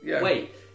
wait